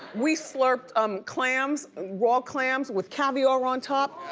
we slurped um clams, raw clams with caviar on top.